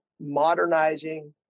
modernizing